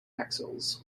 axils